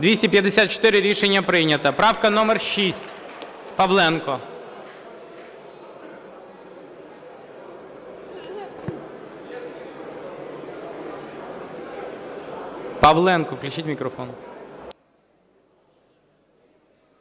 За-254 Рішення прийнято. Правка номер 6, Павленко. Павленку включіть мікрофон.